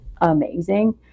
amazing